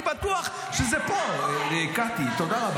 עסקת טיעון במקום לנהל משפט.